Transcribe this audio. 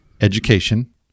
education